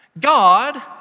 God